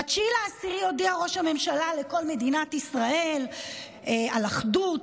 ב-9 באוקטובר הודיע ראש הממשלה לכל מדינת ישראל על אחדות,